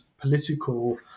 political